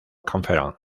conference